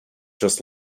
just